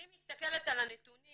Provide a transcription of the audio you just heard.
אני מסתכלת על הנתונים